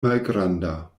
malgranda